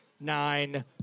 nine